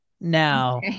Now